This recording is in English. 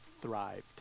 thrived